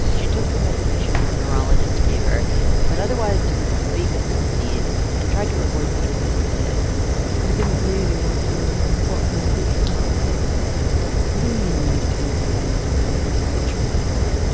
she took the medication her neurologist gave her but otherwise didn't speak of the disease and tried to avoid people who did i didn't really want to know what my future might hold what do you mean you didn't really want to know what your future might hold?